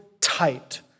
tight